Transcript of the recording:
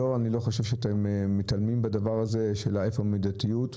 אני לא חושב שאתם מתעלמים מהדבר הזה של איפה המידתיות,